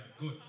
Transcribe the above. good